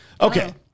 Okay